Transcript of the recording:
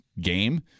game